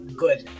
good